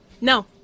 no